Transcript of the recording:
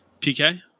PK